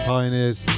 Pioneers